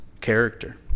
character